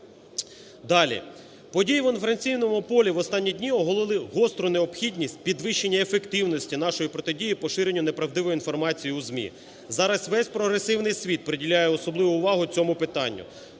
Далі. Події в інформаційному полі в останні дні оголили гостру необхідність підвищення ефективності нашої протидії поширенню неправдивої інформації у ЗМІ. Зараз весь прогресивний світ приділяє особливу увагу цьому питанню.